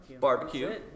Barbecue